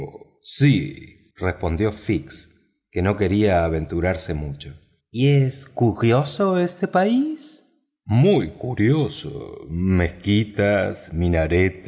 sí respondió fix que no quería aventurarse mucho y es curioso este país muy curioso mezquitas